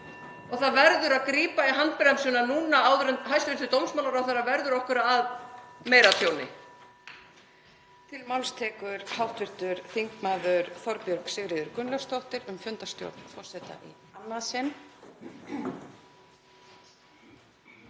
og það verður að grípa í handbremsuna núna áður en hæstv. dómsmálaráðherra verður okkur að meira tjóni.